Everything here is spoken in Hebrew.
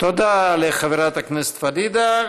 תודה לחברת הכנסת פדידה.